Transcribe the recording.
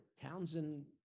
Townsend